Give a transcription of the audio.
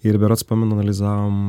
ir berods pamenu analizavom